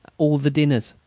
all the dinners.